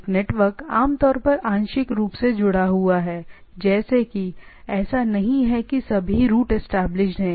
एक नेटवर्क आमतौर पर आंशिक रूप से जुड़ा हुआ है जैसे कि ऐसा नहीं है कि सभी रूट इस्टैबलिश्ड हैं